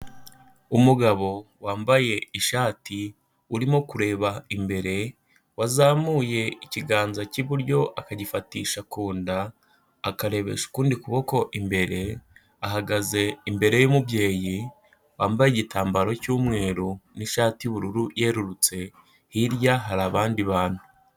Umugabo wambaye ishati urimo kureba imbere, wazamuye ikiganza k'iburyo akagifatisha ku nda, akarebesha ukundi kuboko imbere, ahagaze imbere y'umubyeyi wambaye igitambaro cy'umweru n'ishati y'ubururu yerurutse, hirya hari abandi bantu.